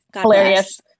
hilarious